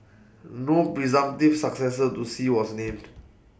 no presumptive successor to Xi was named